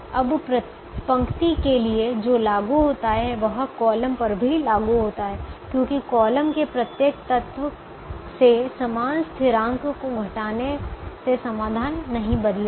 अब पंक्ति के लिए जो लागू होता है वह कॉलम पर भी लागू होता है क्योंकि कॉलम के प्रत्येक तत्व से समान स्थिरांक को घटाने से समाधान नहीं बदलेगा